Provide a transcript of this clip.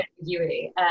ambiguity